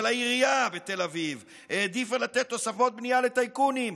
אבל העירייה בתל אביב העדיפה לתת תוספות בנייה לטייקונים,